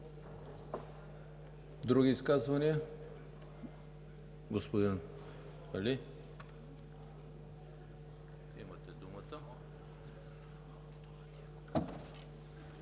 Други изказвания? Господин Али, имате думата.